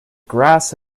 grass